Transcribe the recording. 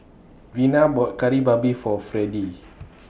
Vena bought Kari Babi For Freddie